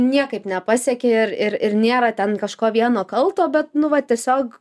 niekaip nepasieki ir ir ir nėra ten kažko vieno kalto bet nu va tiesiog